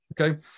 Okay